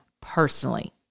personally